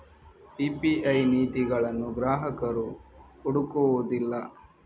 PPI ನೀತಿಗಳನ್ನು ಗ್ರಾಹಕರು ಹುಡುಕುವುದಿಲ್ಲ